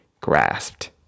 grasped